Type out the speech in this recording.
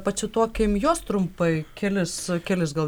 pacituokim juos trumpai kelis kelis gal